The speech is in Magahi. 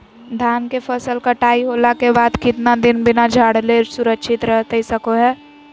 धान के फसल कटाई होला के बाद कितना दिन बिना झाड़ले सुरक्षित रहतई सको हय?